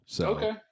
Okay